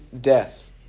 death